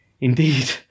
Indeed